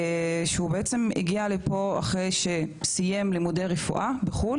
הוא בעצם הגיע לפה אחרי שסיים לימודי רפואה בחו"ל,